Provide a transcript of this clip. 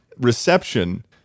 reception